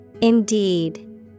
Indeed